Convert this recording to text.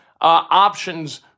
options